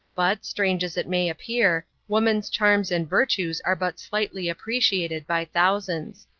but, strange as it may appear, woman's charms and virtues are but slightly appreciated by thousands.